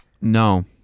No